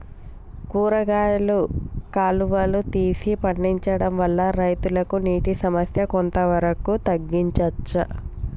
కూరగాయలు కాలువలు తీసి పండించడం వల్ల రైతులకు నీటి సమస్య కొంత వరకు తగ్గించచ్చా?